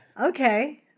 Okay